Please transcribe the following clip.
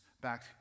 back